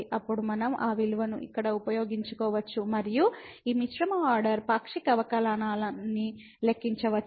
అప్పుడు మనం ఆ విలువను ఇక్కడ ఉపయోగించుకోవచ్చు మరియు ఈ మిశ్రమ ఆర్డర్ పాక్షిక అవకలనాన్ని లెక్కించవచ్చు